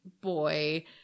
boy